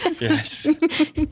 Yes